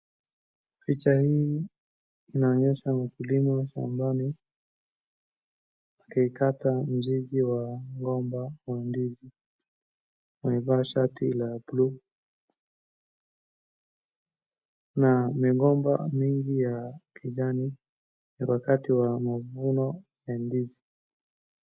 Picha hii inaonyesha mkulima wa shambani akikata mzizi wa mgomba wa ndizi. Amevaa shati la blue na migomba mingi ya kijani ni wakati wa mavuno ya ndizi.